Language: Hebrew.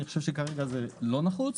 אני חושב שכרגע זה לא נחוץ.